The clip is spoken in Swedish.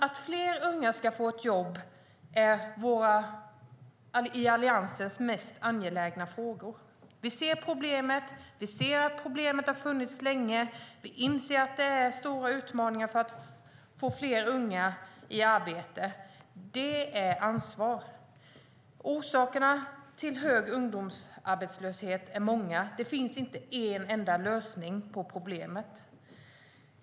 Att fler unga ska få ett jobb är en av Alliansens mest angelägna frågor. Vi ser problemet som har funnits länge. Vi inser att utmaningarna är stora för att få fler unga i arbete. Det är ansvar. Orsakerna till hög ungdomsarbetslöshet är många. Det finns inte en enda lösning på problemet.